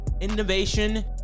innovation